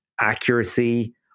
accuracy